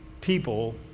people